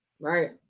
Right